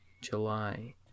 July